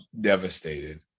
devastated